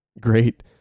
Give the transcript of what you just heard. great